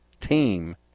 team